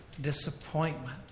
disappointment